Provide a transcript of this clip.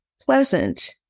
pleasant